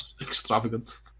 extravagant